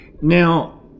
Now